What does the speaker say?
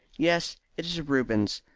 yes, it is a rubens.